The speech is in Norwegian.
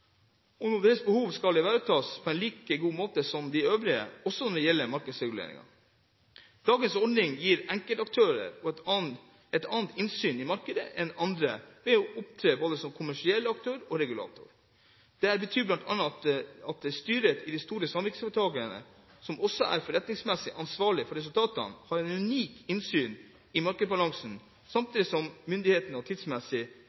og at også deres behov skal ivaretas på en like god måte som de øvrige også når det gjelder markedsreguleringen. Dagens ordning gir enkeltaktører et annet innsyn i markedet enn andre ved å opptre både som kommersiell aktør og regulator. Det betyr bl.a. at styret i de store samvirkeforetakene, som også er forretningsmessig ansvarlig for resultatene, har et unikt innsyn i markedsbalansen og samtidig har myndighet til tidsmessig